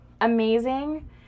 amazing